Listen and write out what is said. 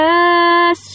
Yes